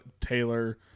Taylor